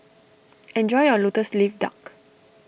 enjoy your Lotus Leaf Duck